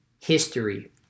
history